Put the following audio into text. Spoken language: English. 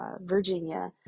Virginia